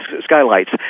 Skylights